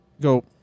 go